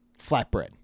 flatbread